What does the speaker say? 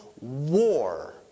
war